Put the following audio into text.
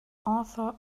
author